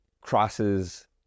crosses